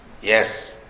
Yes